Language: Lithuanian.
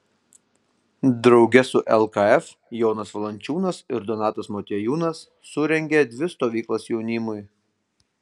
drauge su lkf jonas valančiūnas ir donatas motiejūnas surengė dvi stovyklas jaunimui